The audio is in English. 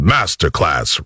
Masterclass